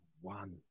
One